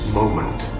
moment